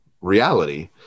reality